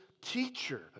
teacher